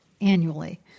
annually